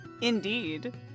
Indeed